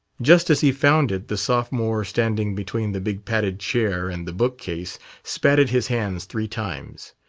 just as he found it the sophomore standing between the big padded chair and the book-case spatted his hands three times.